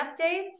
updates